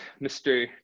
Mr